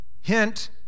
Hint